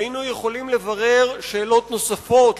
היינו יכולים לברר שאלות נוספות,